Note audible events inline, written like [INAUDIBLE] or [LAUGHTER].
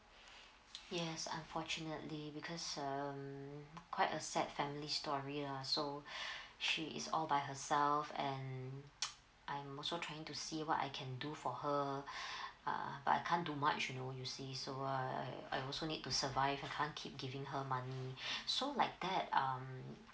[BREATH] yes unfortunately because um quite a sad family story lah so [BREATH] she is all by herself and [NOISE] I'm also trying to see what I can do for her [BREATH] uh but I can't do much you know you see so err I also need to survive I can't keep giving her money [BREATH] so like that um